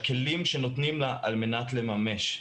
הכלים שנותנים לה על מנת לממש.